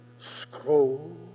scroll